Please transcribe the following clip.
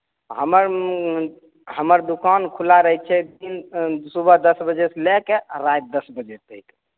हमर हमर दुकान खुला रहै छै दिन सुबह दस बजे सऽ लै कऽ आ राति दस बजे तक